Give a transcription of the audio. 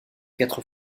quatre